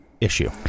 issue